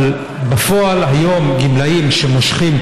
אבל בפועל היום גמלאים שמושכים,